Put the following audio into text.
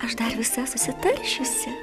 aš dar visa susitaršiusi